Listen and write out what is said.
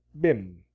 bim